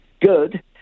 good